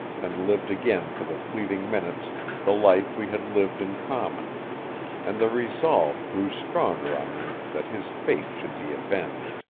and lived again for the fleeting minutes the life we had lived in common and the resolve grew stronger on me that his fate should be avenged.